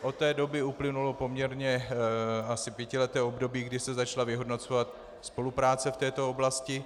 Od té doby uplynulo poměrně asi pětileté období, kdy se začala vyhodnocovat spolupráce v této oblasti.